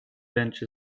bench